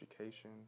education